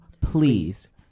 please